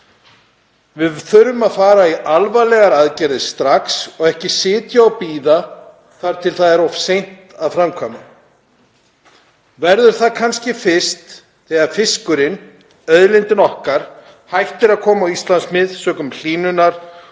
Við þurfum að fara í alvarlegar aðgerðir strax og ekki sitja og bíða þar til það er of seint að framkvæma. Verður það kannski fyrst þegar fiskurinn, auðlindin okkar, hættir að koma á Íslandsmið sökum hlýnunar